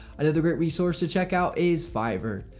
another great resource to check out is fiverr.